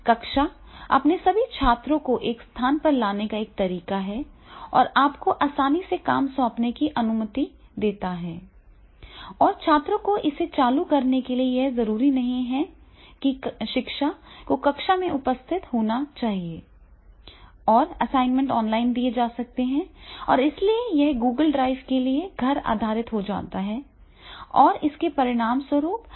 कक्षा अपने सभी छात्रों को एक स्थान पर लाने का एक तरीका है और आपको आसानी से काम सौंपने की अनुमति देता है और छात्रों को इसे चालू करने के लिए यह जरूरी नहीं है कि शिक्षक को कक्षा में उपस्थित होना चाहिए और असाइनमेंट ऑनलाइन दिए जा सकते हैं और इसलिए यह Google ड्राइव के लिए घर आधारित हो जाता है और इसके परिणामस्वरूप आसान पहुंच होती है